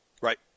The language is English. Right